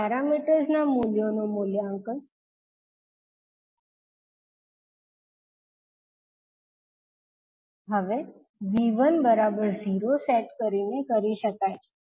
આ પેરામીટર્સ ના મૂલ્યોનું મૂલ્યાંકન હવે V10 સેટ કરીને કરી શકાય છે